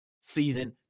season